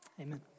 Amen